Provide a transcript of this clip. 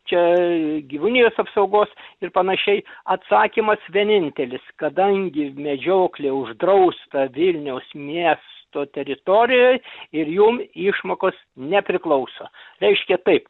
čia gyvūnijos apsaugos ir panašiai atsakymas vienintelis kadangi medžioklė uždrausta vilniaus miesto teritorijoj ir jum išmokos nepriklauso reiškia taip